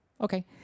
Okay